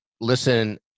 listen